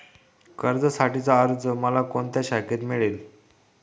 कर्जासाठीचा अर्ज मला कोणत्या शाखेत मिळेल?